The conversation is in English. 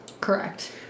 Correct